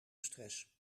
stress